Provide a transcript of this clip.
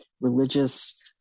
religious